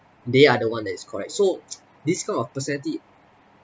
they are the one that is correct so this kind of personality